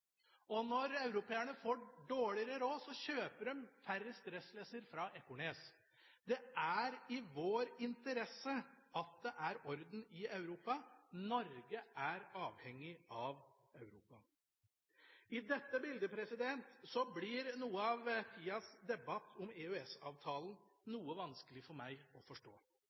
Og når europeerne får dårligere råd, kjøper de færre Stressless-er fra Ekornes. Det er i vår interesse at det er orden i Europa – Norge er avhengig av Europa. I dette bildet blir noe av tidas debatt om EØS-avtalen noe vanskelig for meg å forstå.